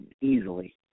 easily